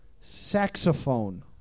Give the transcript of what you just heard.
Saxophone